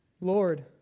Lord